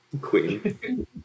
queen